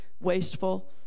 wasteful